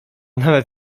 nawet